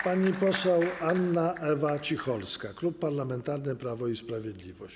Pani poseł Anna Ewa Cicholska, Klub Parlamentarny Prawo i Sprawiedliwość.